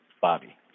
Bobby